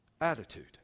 Attitude